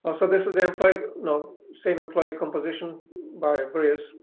so this is the employee no, same employee composition by various